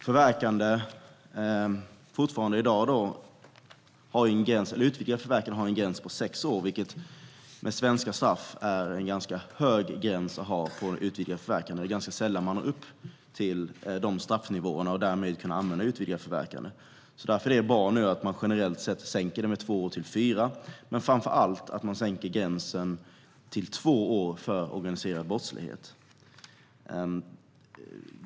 Utvidgat förverkande har i dag en gräns på sex år, vilket med svenska straff är en ganska hög gräns att ha. Det är ganska sällan man når upp till de straffnivåerna och därmed kan använda sig av utvidgat förverkande. Därför är det bra att man nu generellt sett sänker gränsen med två år till fyra år men framför allt att man sänker gränsen till två år för organiserad brottslighet.